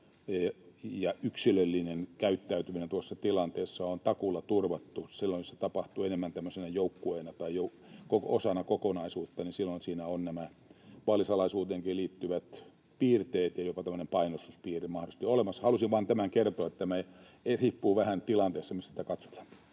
ja yksilöllinen käyttäytyminen tuossa tilanteessa on takuulla turvattu. Silloin jos se tapahtuu enemmän tämmöisenä joukkueena tai osana kokonaisuutta, niin siinä ovat nämä vaalisalaisuuteenkin liittyvät piirteet ja jopa tämmöinen painostuspiirre mahdollisesti olemassa. Halusin vain tämän kertoa, että riippuu vähän tilanteesta, missä sitä katsotaan.